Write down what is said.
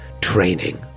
training